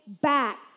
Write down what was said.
back